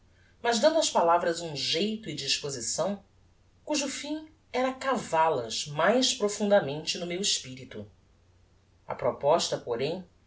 mas dando ás palavras um geito e disposição cujo fim era caval as mais profundamente no meu espirito a proposta porém